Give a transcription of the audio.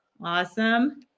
Awesome